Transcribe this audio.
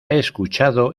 escuchado